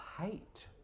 hate